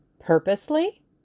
Purposely